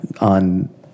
on